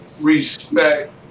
respect